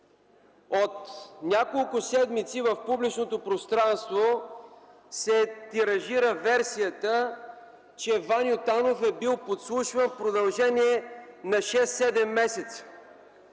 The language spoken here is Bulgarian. От няколко седмици в публичното пространство се тиражира версията, че Ваньо Танов е бил подслушван в продължение на 6 7 месеца.